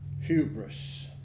hubris